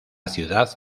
ciudad